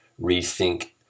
rethink